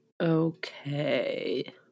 Okay